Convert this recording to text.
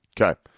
Okay